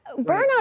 Burnout